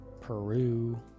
Peru